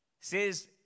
says